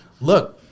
look